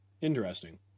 Interesting